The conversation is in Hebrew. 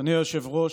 אדוני היושב-ראש,